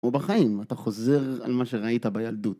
ובחיים אתה חוזר על מה שראית בילדות.